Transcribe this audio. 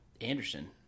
Anderson